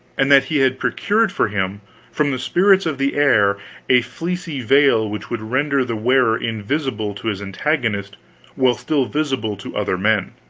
and that he had procured for him from the spirits of the air a fleecy veil which would render the wearer invisible to his antagonist while still visible to other men.